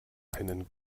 einen